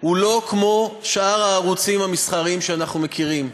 הוא לא כמו שאר הערוצים המסחריים שאנחנו מכירים,